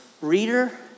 reader